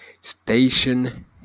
station